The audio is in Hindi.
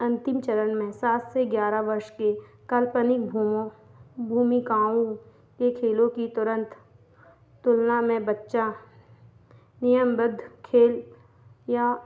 अन्तिम चरण में सात से ग्यारह वर्ष के काल्पनिक भूमों भूमिकाओं के खेलों की तुरन्त तुलना में बच्चा नियमबद्ध खेल या